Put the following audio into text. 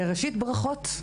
ראשית, ברכות.